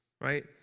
Right